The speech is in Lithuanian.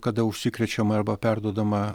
kada užsikrečiama arba perduodama